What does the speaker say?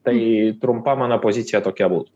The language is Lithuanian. tai trumpa mano pozicija tokia būtų